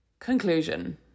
Conclusion